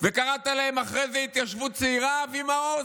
וקראת להם אחרי זה התיישבות צעירה, אבי מעוז?